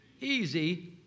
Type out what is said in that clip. easy